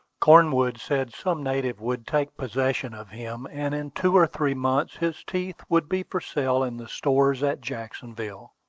cornwood said some native would take possession of him, and in two or three months his teeth would be for sale in the stores at jacksonville.